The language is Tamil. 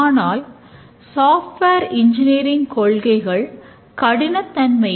ஆகவே இது மிகவும் உள்ளுணர்வுடன் கூடிய மாதிரி